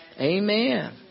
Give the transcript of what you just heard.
Amen